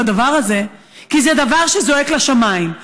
הדבר הזה היא כי זה דבר שזועק לשמיים.